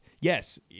Yes